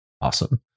Awesome